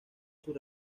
sus